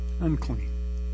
Unclean